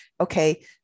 okay